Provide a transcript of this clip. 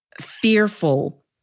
fearful